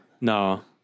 No